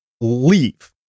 leave